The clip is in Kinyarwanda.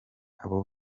abo